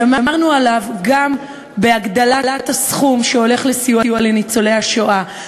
שמרנו עליו גם בהגדלת הסכום שהולך לסיוע לניצולי השואה,